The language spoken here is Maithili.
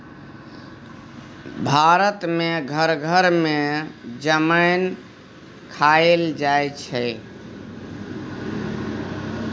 भारत मे घर घर मे जमैन खाएल जाइ छै